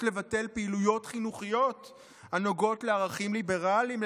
לבטל פעילויות חינוכיות הנוגעות לערכים ליברליים,